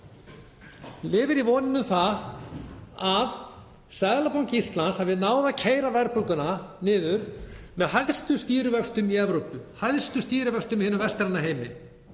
lifað í voninni um að Seðlabanki Íslands hafi náð að keyra verðbólguna niður með hæstu stýrivöxtum í Evrópu, hæstu stýrivöxtum í hinum vestræna heimi.